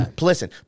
Listen